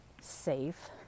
safe